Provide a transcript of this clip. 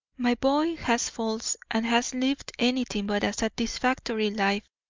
my boy has faults and has lived anything but a satisfactory life,